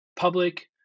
Public